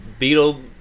beetle